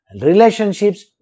Relationships